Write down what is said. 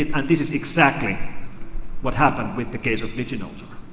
and this is exactly what happened with the case of diginotar.